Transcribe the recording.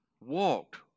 walked